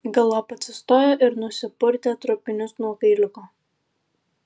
galop atsistojo ir nusipurtė trupinius nuo kailiuko